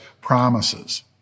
promises